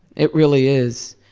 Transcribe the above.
it really is.